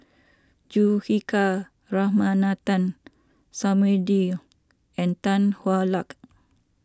Juthika Ramanathan Samuel Dyer and Tan Hwa Luck